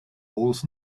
holes